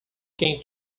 quem